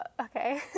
okay